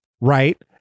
right